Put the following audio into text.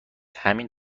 همین